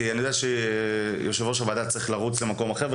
ניהלתי שם הרבה אירועים מאוד גדולים.